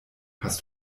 hast